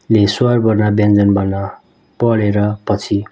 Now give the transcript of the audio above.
ले स्वर वर्ण व्यञ्जन वर्ण पढेर पछि